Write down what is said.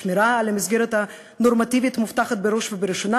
השמירה על המסגרת הנורמטיבית מובטחת בראש ובראשונה